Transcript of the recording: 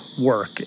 work